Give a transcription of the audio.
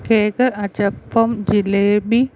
cake achappam jalebi